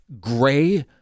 gray